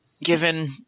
given